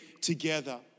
together